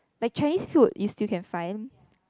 like Chinese food you still can find